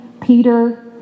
Peter